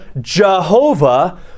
Jehovah